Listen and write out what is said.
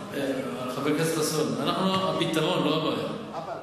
חבר הכנסת חסון, אנחנו הפתרון, לא הבעיה.